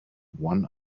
one